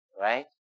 right